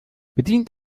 bedient